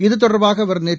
இதுதொடர்பாக அவர் நேற்று